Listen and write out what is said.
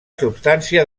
substància